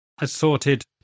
assorted